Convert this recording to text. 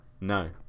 no